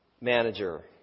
manager